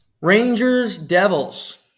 Rangers-Devils